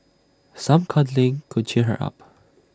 some cuddling could cheer her up